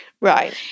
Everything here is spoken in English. Right